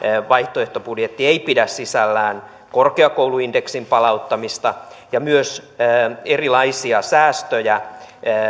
vaihtoehtobudjetti ei pidä sisällään korkeakouluindeksin palauttamista ja on myös erilaisia säästöjä